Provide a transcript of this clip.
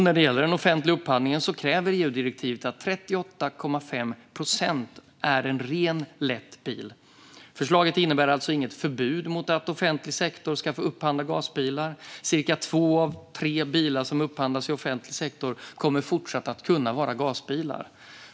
När det gäller den offentliga upphandlingen kräver EU-direktivet att 38,5 procent är en ren lätt bil. Förslaget innebär alltså inget förbud mot att offentlig sektor ska få upphandla gasbilar. Cirka två av tre bilar som upphandlas i offentlig sektor kommer fortsatt att kunna vara gasbilar.